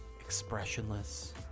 expressionless